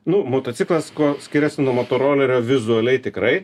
nu motociklas kuo skiriasi nuo motorolerio vizualiai tikrai